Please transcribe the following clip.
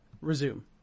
Resume